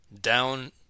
down